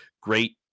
great